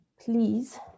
please